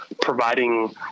providing